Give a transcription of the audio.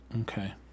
Okay